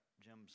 Jim's